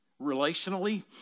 Relationally